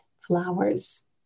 flowers